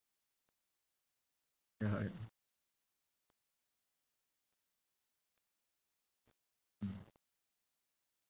ya ya mm